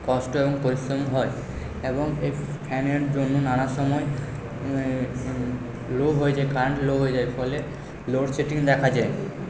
কষ্ট এবং পরিশ্রম হয় এবং এই ফ্যানের জন্য নানা সময় লো হয়ে যায় কারেন্ট লো হয়ে যায় ফলে লোডশেডিং দেখা যায়